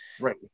right